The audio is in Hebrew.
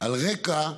על רקע,